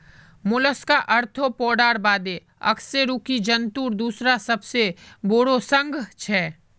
Mollusca आर्थ्रोपोडार बादे अकशेरुकी जंतुर दूसरा सबसे बोरो संघ छे